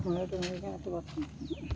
ᱢᱚᱱᱮ ᱛᱩᱢᱫᱟᱜ